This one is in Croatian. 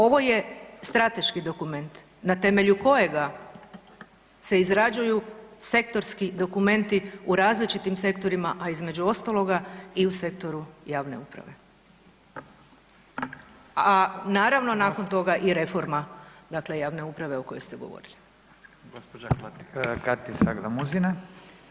Ovo je strateški dokument na temelju kojega se izrađuju sektorski dokumenti u različitim sektorima, a između ostaloga i u sektoru javne uprave, a naravno nakon toga i reforma dakle javne uprave o kojoj ste govorili.